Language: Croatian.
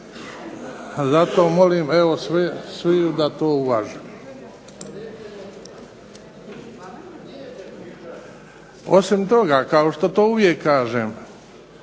Zato molim, evo sviju da to uvaže. Osim toga, kao što to uvijek kažem